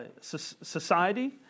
Society